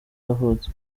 yavutse